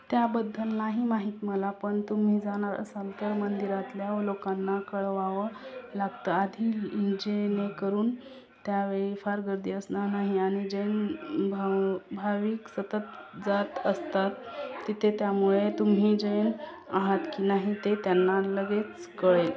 त्याबद्दल नाही माहीत मला पण तुम्ही जाणार असाल तर मंदिरातल्या लोकांना कळवावं लागतं आधी जेणेकरून त्यावेळी फार गर्दी असणार नाही आणि जैन भाव भाविक सतत जात असतात तिथे त्यामुळे तुम्ही जैन आहात की नाही ते त्यांना लगेच कळेल